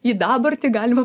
į dabartį galima